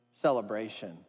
celebration